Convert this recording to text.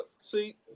see